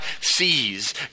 sees